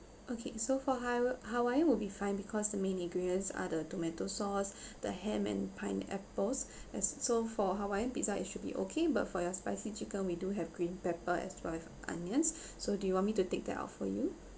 okay so for hawa~ hawaii will be fine because the main ingredients are the tomato sauce the ham and pineapples as so for hawaiian pizza it should be okay but for your spicy chicken we do have green pepper as well as onions so do you want me to take that out for you